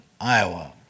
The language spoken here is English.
Iowa